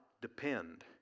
depend